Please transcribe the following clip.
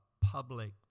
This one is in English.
public